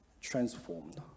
transformed